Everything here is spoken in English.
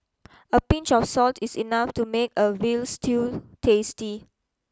a pinch of salt is enough to make a veal stew tasty